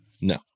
No